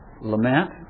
Lament